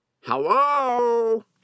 Hello